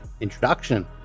introduction